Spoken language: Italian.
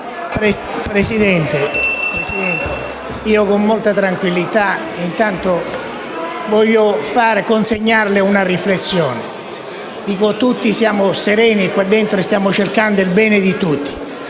Presidente, con molta tranquillità vorrei consegnarle una riflessione. Tutti siamo sereni in quest'Aula e stiamo cercando il bene di tutti.